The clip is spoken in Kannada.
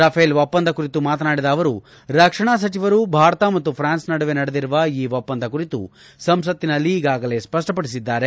ರಫೇಲ್ ಒಪ್ಪಂದ ಕುರಿತು ಮಾತನಾಡಿದ ಅವರು ರಕ್ಷಣಾ ಸಚಿವರು ಭಾರತ ಮತ್ತು ಪ್ರಾನ್ಸ್ ನಡುವೆ ನಡೆದಿರುವ ಈ ಒಪ್ಪಂದ ಕುರಿತು ಸಂಸತ್ತಿನಲ್ಲಿ ಈಗಾಗಲೇ ಸ್ಪಷ್ಪಪಡಿಸಿದ್ದಾರೆ